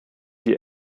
die